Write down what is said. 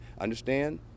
understand